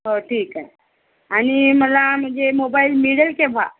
हो ठीक आहे आणि मला म्हणजे मोबाईल मिळेल केव्हा